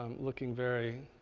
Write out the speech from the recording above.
um looking very,